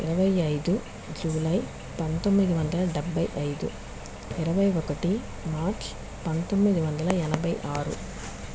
ఇరవై ఐదు జూలై పంతొమ్మిది వందల డెబ్బై ఐదు ఇరవై ఒకటి మార్చ్ పంతొమ్మిది వందల ఎనభై ఆరు